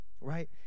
Right